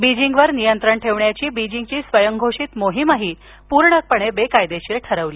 बीजिंगवर नियंत्रण ठेवण्याची बिजिंगची स्वयंघोषित मोहीमही पूर्णपणे बेकायदेशीर ठरविली